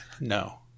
No